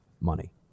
money